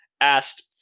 asked